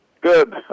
Good